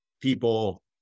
people